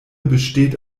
besteht